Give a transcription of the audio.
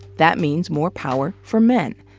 that means more power for men.